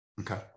Okay